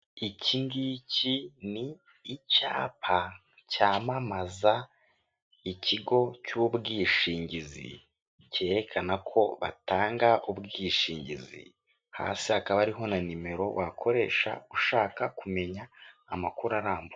iki ngiki ni icyapa cyamamaza ikigo cy'ubwishingizi cyerekana ko batanga ubwishingizi, hasi hakaba hariho na nimero wakoresha ushaka kumenya amakuru arambuye.